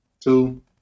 two